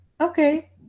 Okay